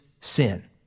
sin